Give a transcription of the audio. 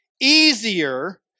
easier